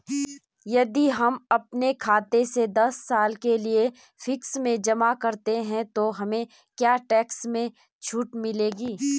यदि हम अपने खाते से दस साल के लिए फिक्स में जमा करते हैं तो हमें क्या टैक्स में छूट मिलेगी?